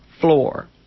floor